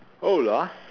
hola